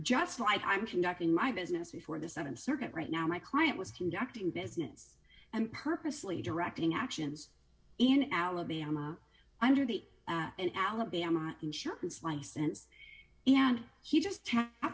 just like i'm conducting my business before the th circuit right now my client was conducting business and purposely directing actions in alabama under the in alabama insurance license and he just